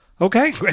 Okay